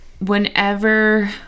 whenever